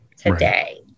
today